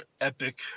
epic